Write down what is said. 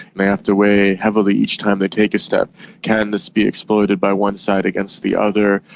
they have to weigh heavily each time they take a step can this be exploited by one side against the other?